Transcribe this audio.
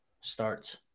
starts